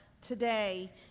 today